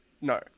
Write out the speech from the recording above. No